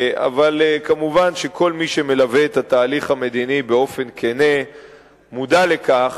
אבל מובן שכל מי שמלווה את התהליך המדיני באופן כן מודע לכך,